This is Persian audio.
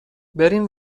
بریم